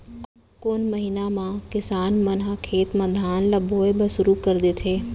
कोन महीना मा किसान मन ह खेत म धान ला बोये बर शुरू कर देथे?